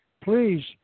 Please